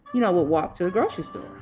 you know, walk to the grocery store,